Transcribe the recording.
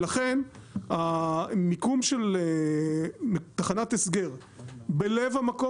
ולכן המיקום של תחנת הסגר בלב המקום